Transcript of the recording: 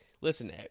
listen